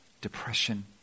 depression